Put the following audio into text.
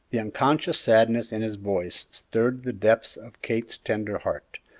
the unconscious sadness in his voice stirred the depths of kate's tender heart.